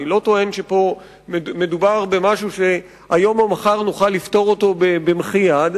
אני לא טוען שמדובר במשהו שהיום או מחר נוכל לפתור אותו במחי יד,